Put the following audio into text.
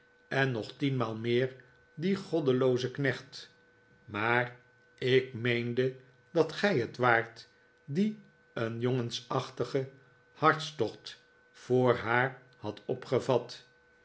en nog tienmaal meer dien goddeloozen knecht maar ik meende dat gij het waart die een jongensachtigen hartstocht voor haar hadt opgevat